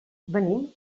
venim